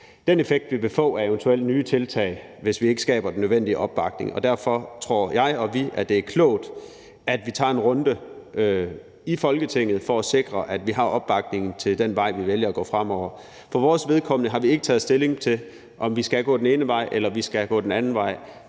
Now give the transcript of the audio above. effekt af eventuelle nye tiltag, hvis vi ikke skaber den nødvendige opbakning. Og derfor tror jeg og vi, at det er klogt, at vi tager en runde i Folketinget for at sikre, at vi har opbakning til den vej, vi vælger at gå. For vores vedkommende har vi ikke taget stilling til, om vi skal gå den ene vej eller den anden vej.